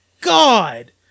god